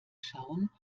schauen